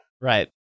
Right